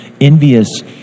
envious